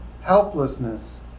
helplessness